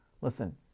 Listen